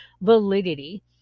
validity